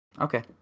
Okay